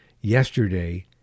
yesterday